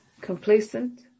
complacent